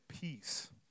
peace